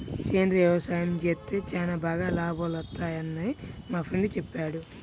సేంద్రియ యవసాయం చేత్తే చానా బాగా లాభాలొత్తన్నయ్యని మా ఫ్రెండు చెప్పాడు